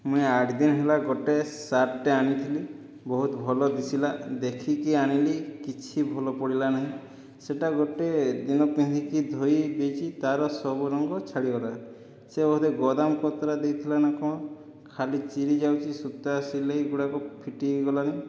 ମୁଁଇ ଆଠ ଦିନ ହେଲା ଗୋଟିଏ ସାର୍ଟଟେ ଆଣିଥିଲି ବହୁତ ଭଲ ଦିଶିଲା ଦେଖିକି ଆଣିଲି କିଛି ଭଲ ପଡ଼ିଲାନାହିଁ ସେଟା ଗୋଟିଏ ଦିନ ପିନ୍ଧିକି ଧୋଇ ଦେଇଛି ତାର ସବୁ ରଙ୍ଗ ଛାଡ଼ିଗଲା ସେ ବୋଧେ ଗୋଦାମ କୋତରା ଦେଇଥିଲା ନା କ'ଣ ଖାଲି ଚିରି ଯାଉଛି ସୁତା ସିଲାଇ ଗୁଡ଼ାକ ଫିଟି ହେଇଗଲାଣି